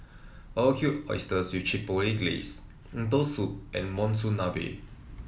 Barbecued Oysters with Chipotle Glaze Lentil Soup and Monsunabe